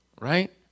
right